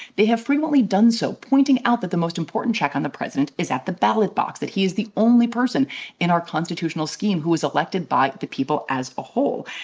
they have frequently done so, pointing out that the most important check on the president is at the ballad box, that he is the only person in our constitutional scheme who is elected by the people as a whole.